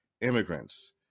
immigrants